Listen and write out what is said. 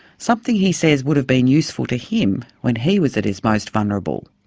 something he says would have been useful to him when he was at his most vulnerable.